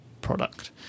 product